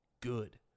good